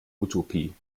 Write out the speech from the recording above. utopie